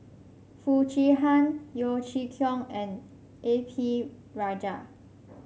Foo Chee Han Yeo Chee Kiong and A P Rajah